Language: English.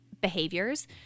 behaviors